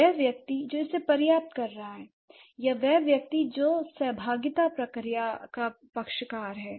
वह व्यक्ति जो इसे प्राप्त कर रहा है या वह व्यक्ति जो सहभागिता प्रक्रिया का पक्षकार है